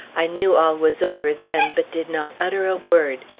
i knew all was over then, but did not utter a word.